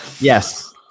yes